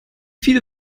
viel